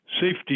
safety